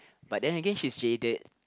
but then again she's jaded